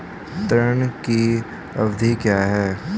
ऋण की अवधि क्या है?